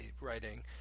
writing